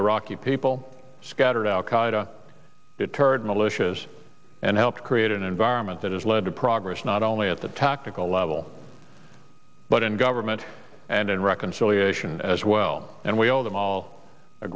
iraqi people scattered al qaeda militias and helped create an environment that has led to progress not only at the tactical level but in government and in reconciliation as well and we owe them all a